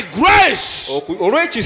grace